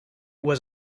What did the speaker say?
was